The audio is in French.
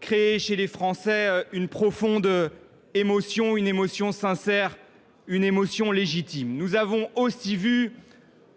créé chez les Français une profonde émotion, une émotion sincère, une émotion légitime. Nous avons aussi vu,